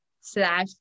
slash